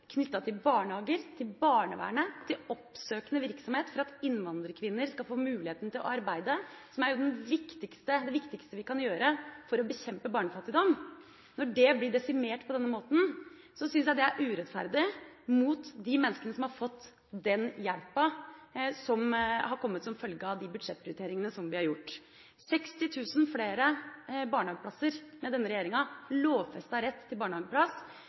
til barnehager, til barnevernet, til oppsøkende virksomhet for at innvandrerkvinner skal få muligheten til å arbeide, som jo er det viktigste vi kan gjøre for å bekjempe barnefattigdom, blir desimert på denne måten, syns jeg det er urettferdig mot de menneskene som har fått den hjelpa som har kommet som følge av de budsjettprioriteringene som vi har gjort – 60 000 flere barnehageplasser med denne regjeringa, lovfestet rett til barnehageplass.